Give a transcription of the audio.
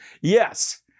Yes